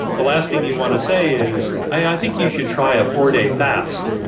the last thing you want to say is, i think you should try a four-day fast.